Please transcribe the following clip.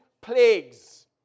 plagues